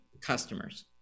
customers